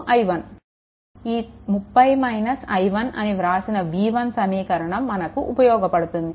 ఈ 30 - i1 అని వ్రాసిన v1 సమీకరణం మనకు ఉపయోగపడుతుంది